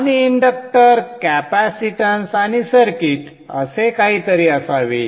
आणि inductor capacitance आणि circuit असे काहीतरी असावे